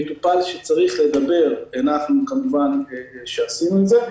מטופל שצריך לדבר כמובן עשינו את זה.